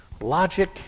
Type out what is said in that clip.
Logic